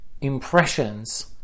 impressions